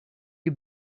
you